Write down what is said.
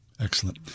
Excellent